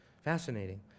fascinating